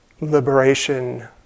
liberation